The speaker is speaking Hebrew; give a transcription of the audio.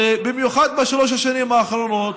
ובמיוחד בשלוש השנים האחרונות,